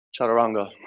chaturanga